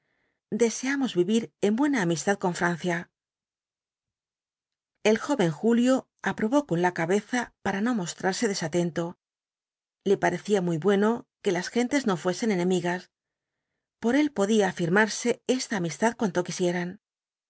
solemnedeseamos vivir en buena amistad con francia el joven julio aprobó con la cabeza para no mostrarse desatento le parecía muy bueno que las gentes no fuesen enemigas por él podía afirmarse esta amistad cuanto quisieran